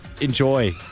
enjoy